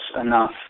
enough